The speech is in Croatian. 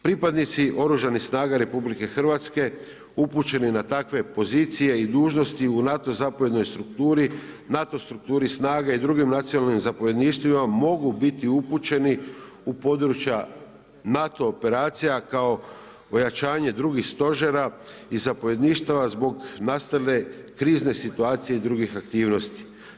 Pripadnici Oružanih snaga RH upućeni na takve pozicije i dužnosti u NATO zapovjednoj strukturi, NATO strukturi snaga i drugim nacionalnim zapovjedništvima mogu biti upućeni u područja NATO operacija kao ojačanje drugih stožera i zapovjedništava zbog nastale krizne situacije i drugih aktivnosti.